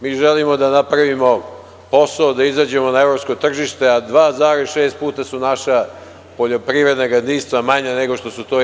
Mi želimo da napravimo posao, da izađemo na evropsko tržište, a 2,6 puta su naša poljoprivredna gazdinstva manja nego što su u toj EU.